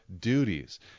duties